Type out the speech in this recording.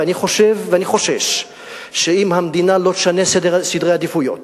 ואני חושב ואני חושש שאם המדינה לא תשנה סדרי עדיפויות